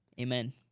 Amen